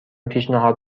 پیشنهاد